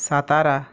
Satara